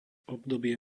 obdobie